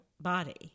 body